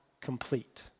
complete